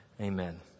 Amen